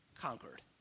conquered